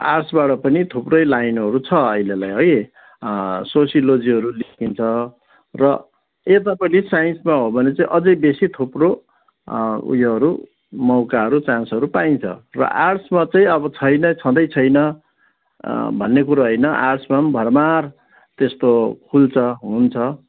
आर्ट्सबाट पनि थुप्रै लाइनहरू छ अहिलेलाई है सोसियोलोजीहरू निस्किन्छ र यतापटि साइन्समा हो भने चाहिँ अझै बेसी थुप्रो उयोहरू मौकाहरू चान्सहरू पाइन्छ तर आर्ट्समा चाहिँ अब छैन छँदै छैन भन्ने कुरो होइन आर्ट्समा पनि भरमार त्यस्तो खुल्छ हुन्छ